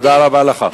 תודה רבה לך.